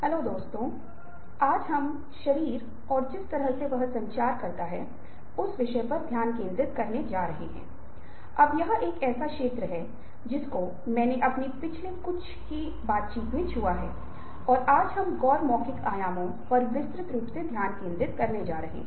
hello दोस्तों इस सत्र में हम द अनुनय की कला को देखने जा रहे हैं